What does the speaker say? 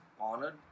honored